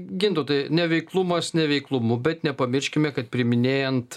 gintautai neveiklumas neveiklumu bet nepamirškime kad priiminėjant